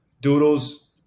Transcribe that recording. Doodles